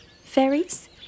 Fairies